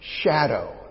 shadow